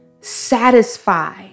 satisfy